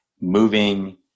moving